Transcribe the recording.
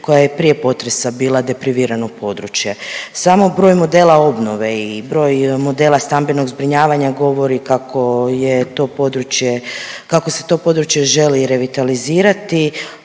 koja je prije potresa bila deprivirano područje. Samo broj modela obnove i broj modela stambenog zbrinjavanja govori kako je to područje, kako se to područje